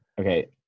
Okay